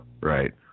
Right